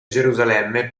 gerusalemme